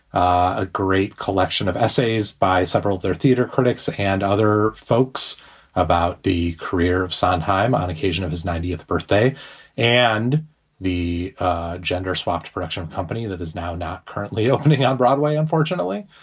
a great collection of essays by several other theater critics and other folks about the career of sondheim on occasion of his ninetieth birthday and the gender spox production company that is now not currently opening on broadway, unfortunately.